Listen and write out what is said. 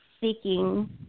seeking